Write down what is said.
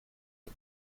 the